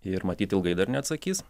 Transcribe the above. ir matyt ilgai dar neatsakys